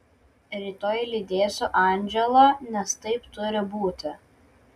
rytoj lydėsiu andželą nes taip turi būti